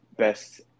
best